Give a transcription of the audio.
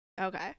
Okay